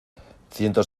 cientos